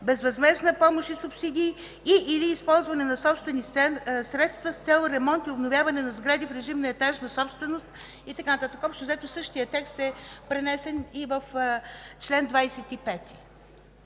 безвъзмездна помощ и субсидии, и/или използване на собствени средства с цел ремонт и обновяване на сгради в режим на етажна собственост и така нататък. Общо взето същият текст е пренесен и в чл. 25.